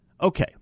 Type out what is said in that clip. Okay